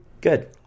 Good